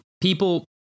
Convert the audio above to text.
People